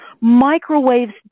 Microwaves